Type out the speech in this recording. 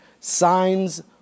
Signs